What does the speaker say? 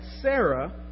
Sarah